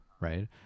Right